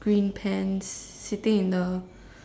green pants sitting in the